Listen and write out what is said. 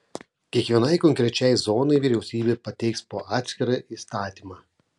kiekvienai konkrečiai zonai vyriausybė pateiks po atskirą įstatymą